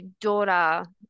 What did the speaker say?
daughter